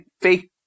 fake